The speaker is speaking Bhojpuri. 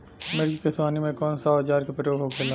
मिर्च के सोहनी में कौन सा औजार के प्रयोग होखेला?